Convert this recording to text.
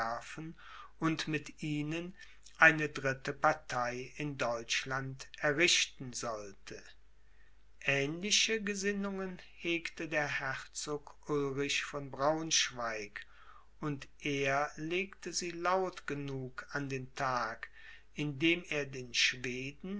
und mit ihnen eine dritte partei in deutschland errichten sollte aehnliche gesinnungen hegte der herzog ulrich von braunschweig und er legte sie laut genug an den tag indem er den schweden